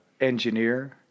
engineer